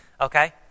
okay